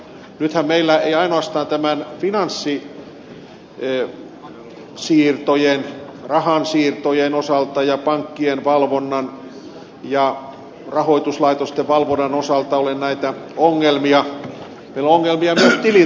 nythän meillä ei ainoastaan finanssisiirtojen rahansiirtojen osalta ja pankkien valvonnan ja rahoituslaitosten valvonnan osalta ole näitä ongelmia meillä on ongelmia myös tilintarkastuksessa